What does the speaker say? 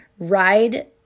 Ride